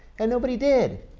and nobody did.